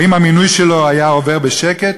האם המינוי שלו היה עובר בשקט?